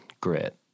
grit